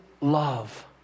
love